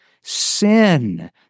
sin